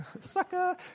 sucker